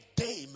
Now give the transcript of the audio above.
day